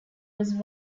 was